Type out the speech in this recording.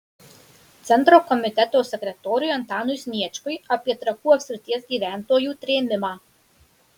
centro komiteto sekretoriui antanui sniečkui apie trakų apskrities gyventojų trėmimą